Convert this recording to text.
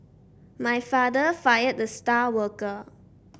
my father fired the star worker